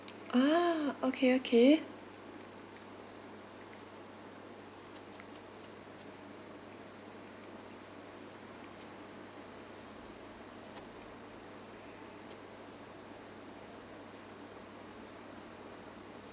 ah okay okay